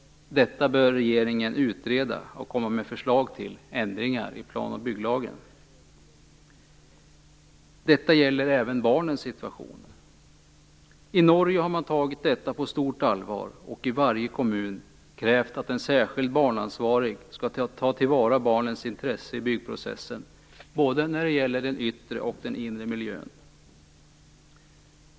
Regeringen bör utreda detta och komma med förslag till ändringar i planoch bygglagen. Detta gäller även barnens situation. I Norge har man tagit detta på stort allvar och i varje kommun krävt att en särskild barnansvarig skall ta till vara barnens intresse i byggprocessen, både när det gäller den yttre och den inre miljön.